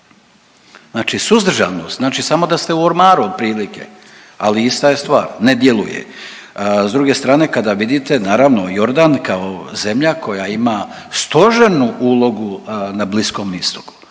Znači suzdržano, znači samo da ste u ormaru otprilike ali ista je stvar ne djeluje. S druge strane kada vidite naravno Jordan kao zemlja koja ima stožernu ulogu na Bliskom Istoku.